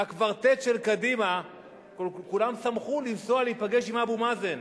בקוורטט של קדימה כולם שמחו לנסוע להיפגש עם אבו מאזן.